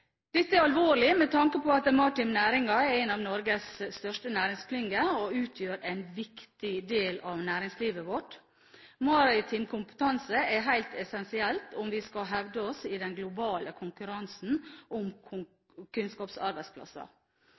Dette er alvorlig med tanke på at den maritime næringen er en av Norges største næringsklynger og utgjør en viktig del av næringslivet vårt. Maritim kompetanse er helt essensielt om vi skal hevde oss i den globale konkurransen om